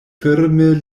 firme